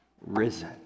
risen